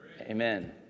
Amen